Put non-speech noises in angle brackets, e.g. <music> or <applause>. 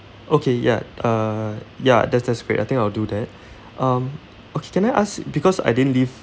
okay ya uh ya that's that's great I think I'll do that <breath> um okay can I ask because I didn't leave